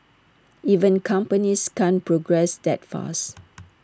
even companies can't progress that fast